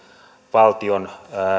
valtion